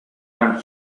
and